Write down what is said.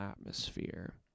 atmosphere